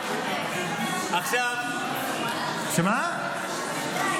--- בוסקילה --- מי זה?